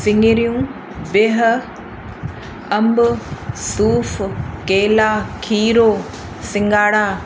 सिङरियूं बिहु अंब सूफ़ केला खीरो सिंगाड़ा